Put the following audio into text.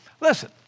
listen